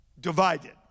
divided